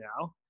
now